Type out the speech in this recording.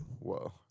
Whoa